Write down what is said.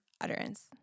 utterance